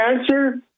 answer